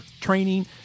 training